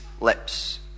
lips